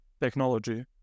technology